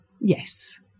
Yes